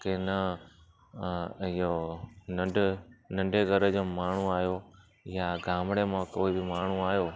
के न इहो नंढे नंढे घर जा माण्हू आहियो या ॻामड़े मां कोई माण्हू आहियो